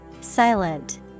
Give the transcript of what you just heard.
Silent